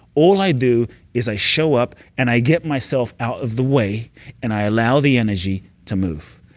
all i do is i show up, and i get myself out of the way and i allow the energy to move.